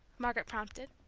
margaret prompted.